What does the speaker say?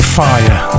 fire